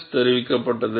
Dodds தெரிவிக்கப்பட்டது